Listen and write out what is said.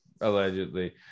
Allegedly